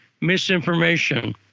misinformation